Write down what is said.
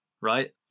right